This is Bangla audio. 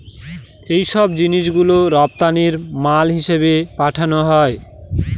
এইসব জিনিস গুলো রপ্তানি মাল হিসেবে পাঠানো হয়